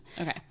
Okay